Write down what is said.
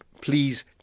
please